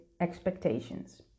expectations